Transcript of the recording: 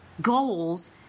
goals